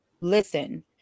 listen